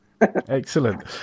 excellent